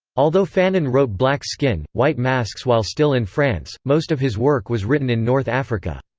although fanon wrote black skin, white masks while still in france, most of his work was written in north africa.